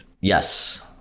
Yes